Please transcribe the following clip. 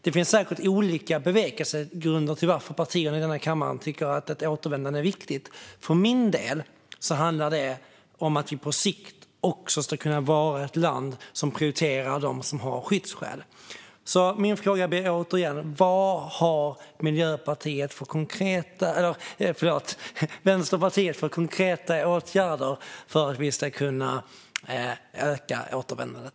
Det finns säkert olika bevekelsegrunder för partier i denna kammare att tycka att ett återvändande är viktigt. För min del handlar det om att vi också på sikt ska kunna vara ett land som prioriterar dem som har skyddsskäl. Min fråga blir återigen: Vad har Vänsterpartiet för konkreta åtgärder för att vi ska kunna öka återvändandet?